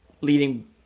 Leading